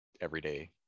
everyday